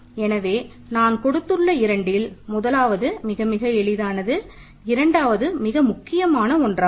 எனவே நான் கொடுத்துள்ள இரண்டில் முதலாவது மிக மிக எளிதானது இரண்டாவது மிக முக்கியமான ஒன்றாகும்